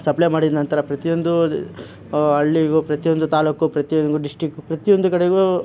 supply ಮಾಡಿದ ನಂತರ ಪ್ರತಿಯೊಂದು ಹಳ್ಳಿಗು ಪ್ರತಿಯೊಂದು ತಾಲೋಕು ಪ್ರತಿಯೊಂದು ಡಿಶ್ಟಿಕು ಪ್ರತಿಯೊಂದು ಕಡೆಗೂ